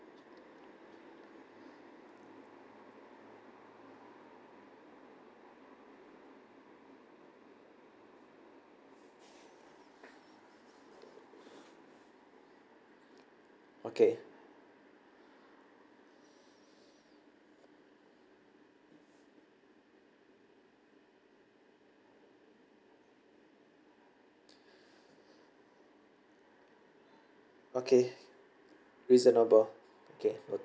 okay okay reasonable okay noted